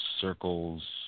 circles